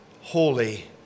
holy